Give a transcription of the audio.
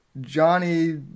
Johnny